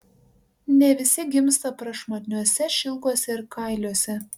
ne visi gimsta prašmatniuose šilkuose ir kailiuose